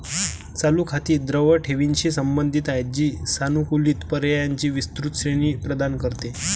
चालू खाती द्रव ठेवींशी संबंधित आहेत, जी सानुकूलित पर्यायांची विस्तृत श्रेणी प्रदान करते